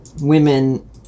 women